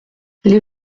les